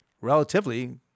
relatively